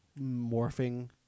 morphing